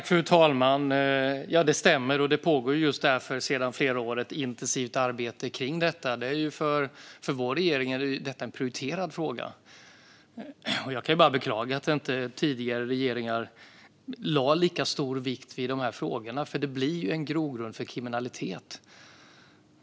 Fru talman! Det stämmer! Det pågår därför sedan flera år ett intensivt arbete i frågan. För vår regering är detta en prioriterad fråga. Jag kan bara beklaga att tidigare regeringar inte lade lika stor vikt vid dessa frågor eftersom detta blir en grogrund för kriminalitet.